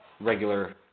Regular